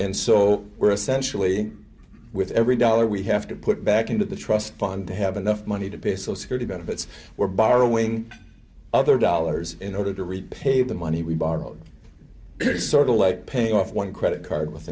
and so we're essentially with every dollar we have to put back into the trust fund to have enough money to pay so security benefits we're borrowing other dollars in order to repay the money we borrowed it is sort of like paying off one credit card with